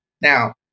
Now